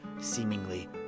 seemingly